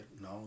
No